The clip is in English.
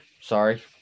Sorry